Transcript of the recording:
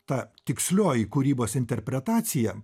ta tikslioji kūrybos interpretacija